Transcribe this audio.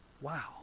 Wow